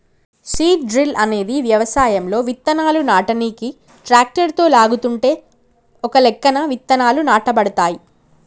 seed drill అనేది వ్యవసాయంలో విత్తనాలు నాటనీకి ట్రాక్టరుతో లాగుతుంటే ఒకలెక్కన విత్తనాలు నాటబడతాయి